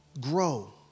grow